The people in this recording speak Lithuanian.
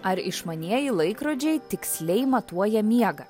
ar išmanieji laikrodžiai tiksliai matuoja miegą